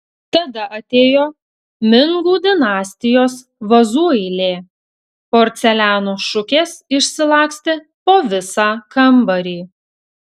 tada atėjo mingų dinastijos vazų eilė porceliano šukės išsilakstė po visą kambarį